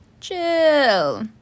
Chill